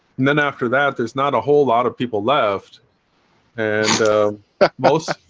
then after that, there's not a whole lot of people left and most